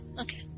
Okay